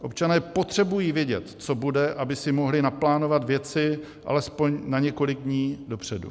Občané potřebují vědět, co bude, aby si mohli naplánovat věci alespoň na několik dní dopředu.